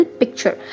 picture